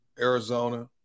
Arizona